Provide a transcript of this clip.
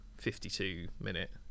52-minute